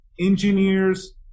engineers